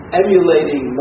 emulating